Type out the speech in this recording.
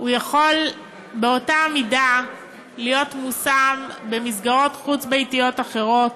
יכול באותה מידה להיות מושם במסגרות חוץ-ביתיות אחרות,